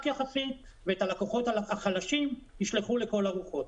יחסית ואת הלקוחות החלשים ישלחו לכל הרוחות.